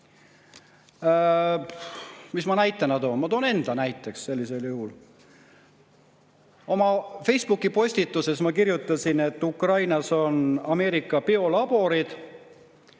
Mis ma näitena toon? Ma toon enda näiteks. Oma Facebooki postituses ma kirjutasin, et Ukrainas on Ameerika biolaborid.